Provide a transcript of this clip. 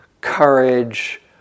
Courage